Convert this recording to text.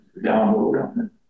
download